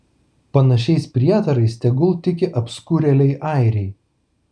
panašiais prietarais tegul tiki apskurėliai airiai